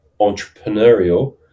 entrepreneurial